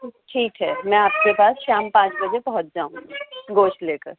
ٹھیک ہے میں آپ کے پاس شام پانچ بجے پہنچ جاؤں گی گوش لے کر